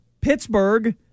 Pittsburgh